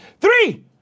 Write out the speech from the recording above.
Three